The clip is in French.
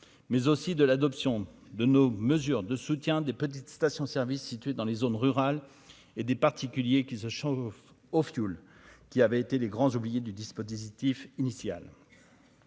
mais aussi de l'adoption de nos mesures de soutien des petites stations services situées dans les zones rurales et des particuliers qui se chauffent au fioul, qui avaient été les grands oubliés du dispositif initial,